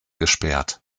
gesperrt